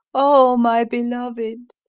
oh, my beloved!